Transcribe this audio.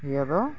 ᱤᱭᱟᱹ ᱫᱚ